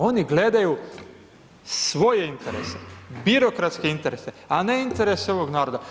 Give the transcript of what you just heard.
Oni gledaju svoje interese, birokratske interese, a ne interese ovog naroda.